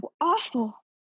awful